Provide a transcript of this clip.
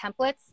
templates